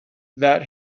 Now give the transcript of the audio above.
that